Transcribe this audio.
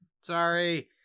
Sorry